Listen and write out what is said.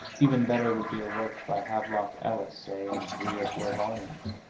even better would be a work by havelock ellis, say, in three or four volumes.